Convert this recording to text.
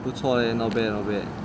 不错 leh not bad not bad